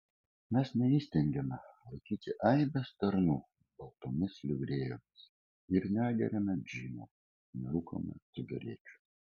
mes neįstengiame laikyti aibės tarnų baltomis livrėjomis ir negeriame džino nerūkome cigarečių